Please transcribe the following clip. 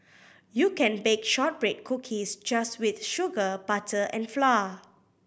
you can bake shortbread cookies just with sugar butter and flour